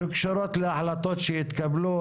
שקשורות להחלטות שהתקבלו.